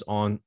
on